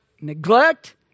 neglect